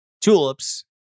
Tulips